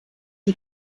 die